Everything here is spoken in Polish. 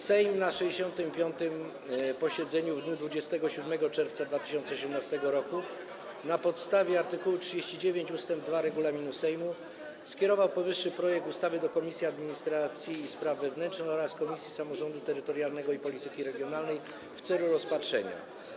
Sejm na 65. posiedzeniu w dniu 27 czerwca 2018 r., na podstawie art. 39 ust. 2 regulaminu Sejmu, skierował powyższy projekt ustawy do Komisji Administracji i Spraw Wewnętrznych oraz Komisji Samorządu Terytorialnego i Polityki Regionalnej w celu rozpatrzenia.